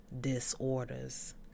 disorders